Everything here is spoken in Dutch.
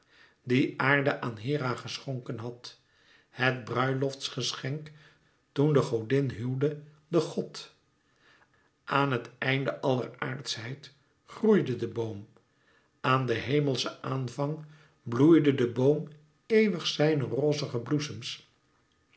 die aarde aan hera geschonken had het bruiloftsgeschenk toen de godin huwde den god aan het einde aller aardschheid groeide de boom aan den hemelschen aanvang bloeide de boom eeuwig zijne rozige bloesems